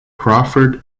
crawford